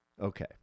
Okay